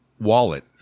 wallet